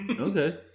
Okay